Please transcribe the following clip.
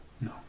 no